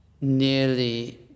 nearly